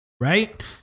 Right